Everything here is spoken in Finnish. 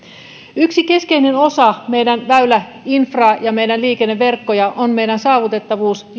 yksi keskeinen osa meidän väyläinfraa ja meidän liikenneverkkoja on saavutettavuus